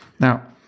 Now